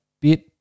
bit